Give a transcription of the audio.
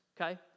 okay